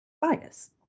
bias